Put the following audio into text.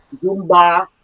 Zumba